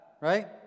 right